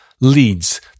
leads